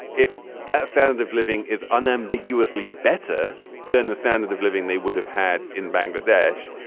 if that standard of living is unambiguously better than the standard of living they would have had in bangladesh,